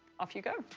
off you go.